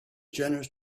generous